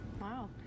Wow